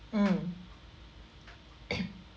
mm